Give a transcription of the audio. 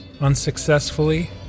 unsuccessfully